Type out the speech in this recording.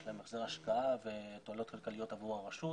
יש להם החזר השקעה ותועלות כלכליות עבור הרשות.